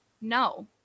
No